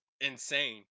insane